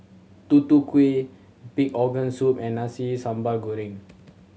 Tutu Kueh pig organ soup and Nasi Sambal Goreng